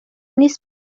نیست